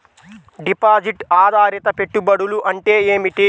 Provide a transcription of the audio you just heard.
Deposit ఆధారిత పెట్టుబడులు అంటే ఏమిటి?